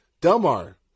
Delmar